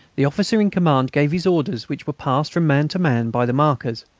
the officer in command gave his orders which were passed from man to man by the markers.